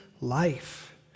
life